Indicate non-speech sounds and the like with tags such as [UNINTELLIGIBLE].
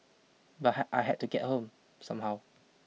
but [UNINTELLIGIBLE] I had to get home somehow